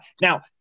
Now